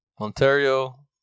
Ontario